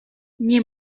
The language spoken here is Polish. nie